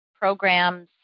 programs